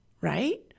right